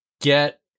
get